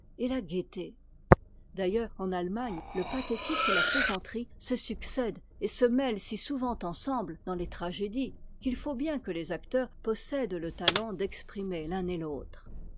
et la gaieté d'ailleurs en allemagne le pathétique et la plaisanterie se succèdent et se mêlent si souvent ensemble dans les tragédies qu'il faut bien que les acteurs possèdent le talent d'exprimer l'un et l'autre